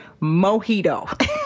mojito